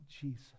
Jesus